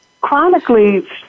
chronically